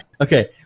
Okay